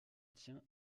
tient